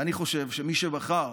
ואני חושב שמי שבחר,